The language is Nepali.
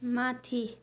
माथि